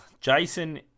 Jason